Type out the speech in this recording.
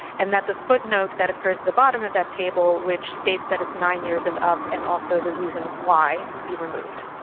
and that the footnote that occurs at the bottom of that table which states that it's nine years and up and also the reason why be removed.